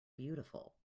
beautiful